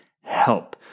help